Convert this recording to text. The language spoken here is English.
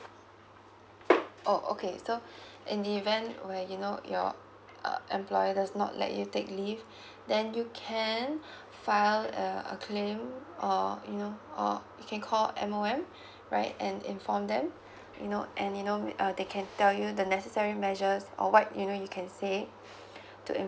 oh okay so in the event where you know your uh employer does not let you take leave then you can file uh a claim or you know or you can call M_O_M right and inform them you know and you know they can tell you the necessary measures or what you know you can say to